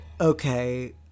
okay